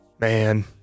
man